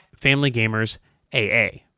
FamilyGamersAA